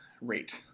rate